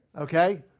Okay